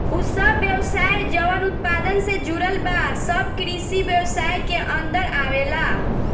उ सब व्यवसाय जवन उत्पादन से जुड़ल बा सब कृषि व्यवसाय के अन्दर आवेलला